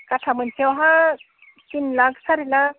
गाथा मोनसेयावहा तिन लाख सारि लाख